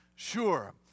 Sure